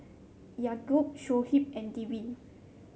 Yaakob Shoaib and Dewi